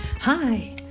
Hi